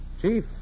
Chief